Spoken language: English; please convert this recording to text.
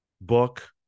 book